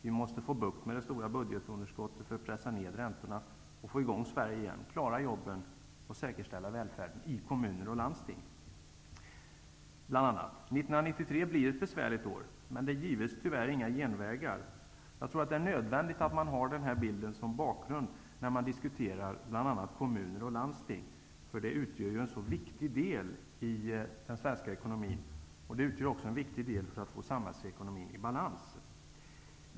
Vi måste få bukt med det stora budgetunderskottet för att kunna pressa ned räntorna, få i gång Sverige igen, klara jobben och säkerställa välfärden i kommuner och landsting bl.a. 1993 blir ett besvärligt år, men det gives tyvärr inga genvägar. Jag tror att det är viktigt att ha denna bild som bakgrund när man diskuterar bl.a. kommuner och landsting, därför att de utgör en så viktig del av den svenska ekonomin. De utgör också en viktig del för att få samhällsekonomin i balans.